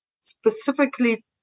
specifically